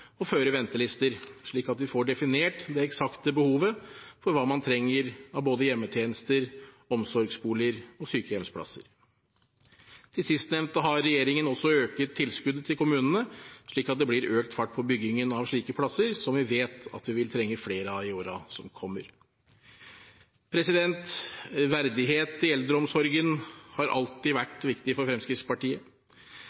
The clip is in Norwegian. føre ventelister, slik at vi får definert det eksakte behovet for hva man trenger av både hjemmetjenester, omsorgsboliger og sykehjemsplasser. Til sistnevnte har regjeringen også økt tilskuddet til kommunene, slik at det blir økt fart på byggingen av slike plasser, som vi vet at vi vil trenge flere av i årene som kommer. Verdighet i eldreomsorgen har alltid